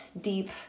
deep